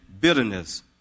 bitterness